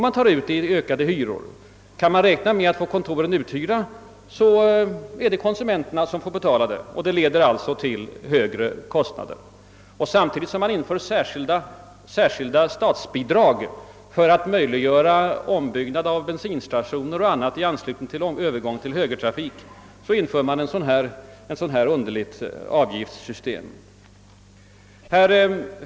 Kan kontoren bli uthyrda blir det alltså konsumenterna som får betala, och det leder till högre kostnader och höga priser. Samtidigt som man inför särskilda statsbidrag för att möjliggöra ombyggnad av bensinstationer och annat i anslutning till övergången till högertrafik inför man ett dylikt underligt avgiftssystem. Var är konsekvensen?